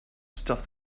stuff